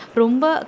Rumba